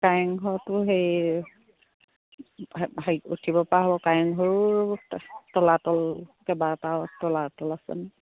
কাৰেংঘৰটো সেই উঠিব পৰা হ'ব কাৰেংঘৰো তলাতল কেইবাটাও তলাতল আছে ন